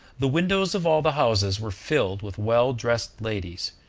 the windows of all the houses were filled with well-dressed ladies,